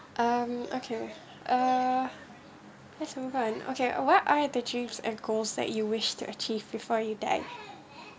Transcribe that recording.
um okay uh let's move on um okay what are the dreams and goals that you wish to achieve before you die